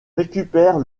récupère